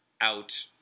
out